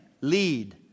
Lead